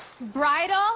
Bridal